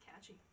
Catchy